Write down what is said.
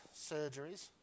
surgeries